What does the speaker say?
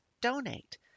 donate